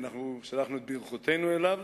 אנחנו שלחנו את ברכותינו אליו,